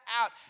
out